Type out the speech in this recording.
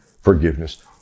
forgiveness